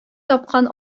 тапкан